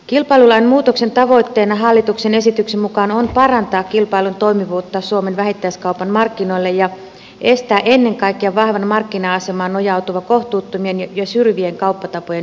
kilpailulain muutoksen tavoitteena hallituksen esityksen mukaan on parantaa kilpailun toimivuutta suomen vähittäiskaupan markkinoilla ja estää ennen kaikkea vahvaan markkina asemaan nojautuva kohtuuttomien ja syrjivien kauppatapojen ylläpitäminen